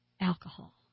alcohol